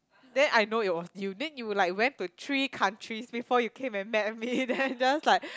then I know it was you then you like went to three countries before you came and met me then I just like